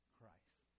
Christ